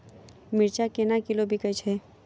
मिर्चा केना किलो बिकइ छैय?